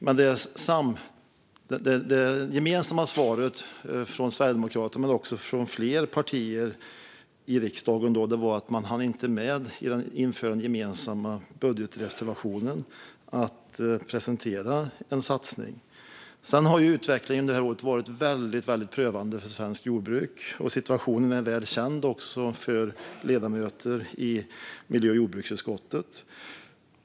Men det gemensamma svaret från Sverigedemokraterna och från flera partier i riksdagen var att de i den gemensamma budgetreservationen inte hann presentera en satsning. Sedan har utvecklingen under detta år varit väldigt prövande för svenskt jordbruk, och situationen är också väl känd bland ledamöter i miljö och jordbruksutskottet.